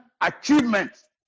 achievements